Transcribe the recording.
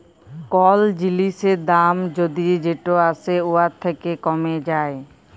call জিলিসের দাম যদি যেট আসে উয়ার থ্যাকে কমে যায়